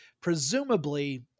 presumably